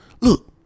Look